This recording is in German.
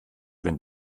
wenn